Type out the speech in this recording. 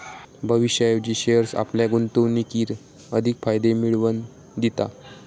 भविष्याऐवजी शेअर्स आपल्या गुंतवणुकीर अधिक फायदे मिळवन दिता